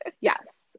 yes